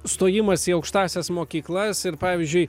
stojimas į aukštąsias mokyklas ir pavyzdžiui